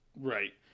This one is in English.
Right